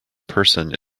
person